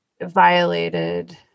violated